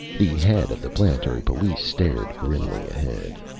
the head of the planetary police stared grimly ahead.